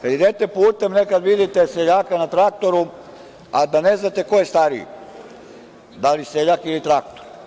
Kada idete putem, nekada vidite seljaka na traktoru, a da ne znate ko je stariji, da li seljak ili traktor.